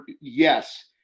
yes